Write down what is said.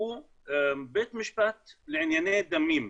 שהוא בית משפט לענייני דמים,